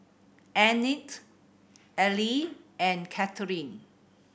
Annette Aleah and Catherine